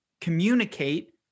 communicate